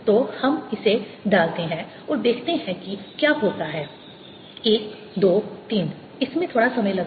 तो हम इसे डालते हैं और देखते हैं कि क्या होता है 1 2 3 इसमें थोड़ा समय लगा